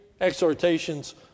exhortations